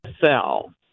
sell